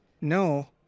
No